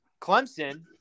Clemson